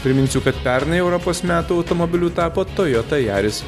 priminsiu kad pernai europos metų automobiliu tapo tojota jaris